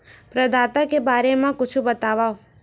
प्रदाता के बारे मा कुछु बतावव?